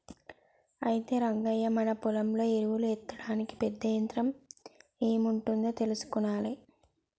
అయితే రంగయ్య మన పొలంలో ఎరువులు ఎత్తడానికి పెద్ద యంత్రం ఎం ఉంటాదో తెలుసుకొనాలే